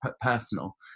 personal